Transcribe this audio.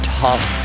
tough